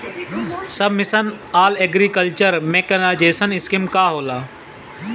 सब mission on agriculture mechanisation scheme का होला?